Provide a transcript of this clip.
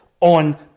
on